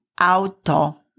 auto